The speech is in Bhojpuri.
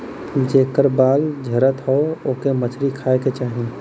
जेकर बाल झरत हौ ओके मछरी खाए के चाही